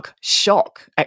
Shock